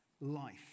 life